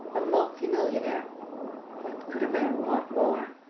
a multi-millionaire what could a man want more?